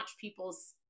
people's